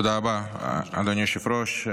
תודה רבה, אדוני היושב-ראש.